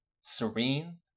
serene